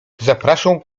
zapraszał